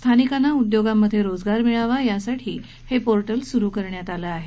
स्थानिकांना उद्योगांमध्ये रोजगार मिळावे यासाठी हे पोर्टल सुरू करण्यात आलं आहे